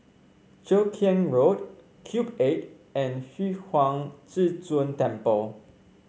Cheow Keng Road Cube Eight and Huang Zhi Zun Temple